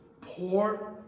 Poor